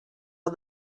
are